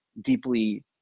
deeply